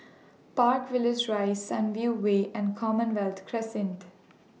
Park Villas Rise Sunview Way and Commonwealth Crescent